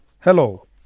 Hello